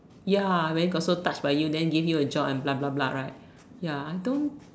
ya I mean got so touched by you and then give you a job and blah blah blah right ya I don't